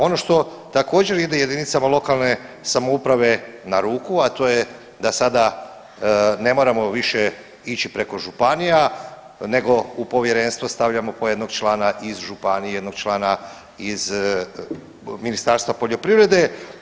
Ono što također ide jedinicama lokalne samouprave na ruku, a to je da sada ne moramo više ići preko županija nego u povjerenstvo stavljamo po jednog člana iz županije, jednog člana iz Ministarstva poljoprivrede.